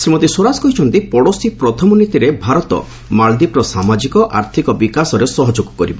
ଶ୍ରୀମତୀ ସ୍ୱରାଜ କହିଛନ୍ତି ପଡ଼ୋଶୀ ପ୍ରଥମ ନୀତିରେ ଭାରତ ମାଳଦ୍ୱୀପର ସାମାଜିକ ଆର୍ଥିକ ବିକାଶରେ ସହଯୋଗ କରିବ